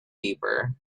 deeper